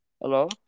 hello